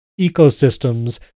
ecosystems